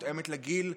מותאמת לגיל,